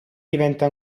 diventa